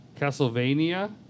Castlevania